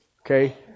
Okay